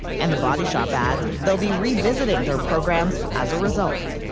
and the body shop adds they will be revisiting their programs as a result.